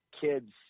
kids